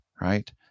Right